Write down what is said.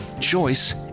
choice